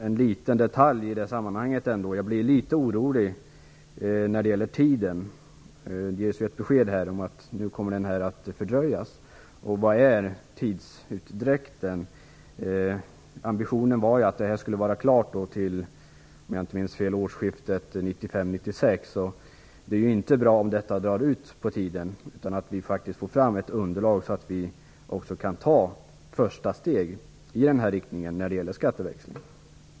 En liten detalj ändå i sammanhanget: Jag blir litet orolig när det gäller tiden. Det ges besked att det här kommer att fördröjas. Vad blir tidsutdräkten? Ambitionen var att arbetet skulle vara klart till årsskiftet 1995/96. Det är inte bra om det drar ut på tiden. Vi måste få fram ett underlag så att vi kan ta ett första steg när det gäller skatteväxling.